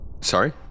Sorry